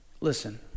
Listen